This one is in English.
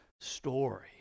story